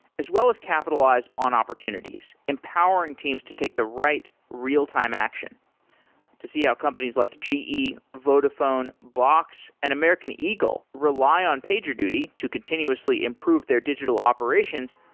as well as capitalize on opportunities, empowering teams to take the right real-time action to see how companies like ge, vodafone, box and american eagle rely on pagerduty to continuously improve their digital operations,